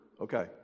okay